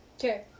okay